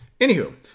Anywho